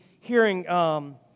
hearing